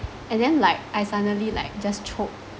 and then like I suddenly like just choke